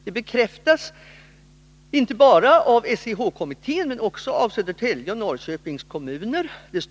Det bekräftas inte bara av SEH-kommittén utan också av Södertälje och Norrköpings kommuner.